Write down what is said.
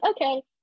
okay